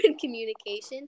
communication